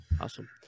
Awesome